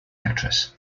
actress